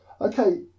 Okay